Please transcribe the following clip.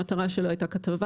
המטרה שלו הייתה כתבה